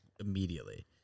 immediately